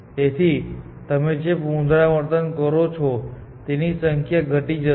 તેથી તમે જે પુનરાવર્તન કરો છો તેની સંખ્યા ઘટી જશે